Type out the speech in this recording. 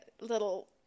little